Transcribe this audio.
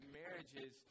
marriages